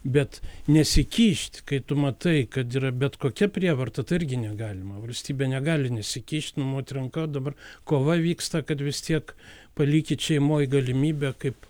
bet nesikišt kai tu matai kad yra bet kokia prievarta tai irgi negalima valstybė negali nesikišt numot ranka dabar kova vyksta kad vis tiek palikit šeimoj galimybę kaip